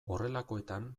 horrelakoetan